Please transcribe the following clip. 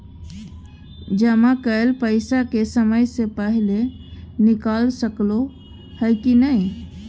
जमा कैल पैसा के समय से पहिले निकाल सकलौं ह की नय?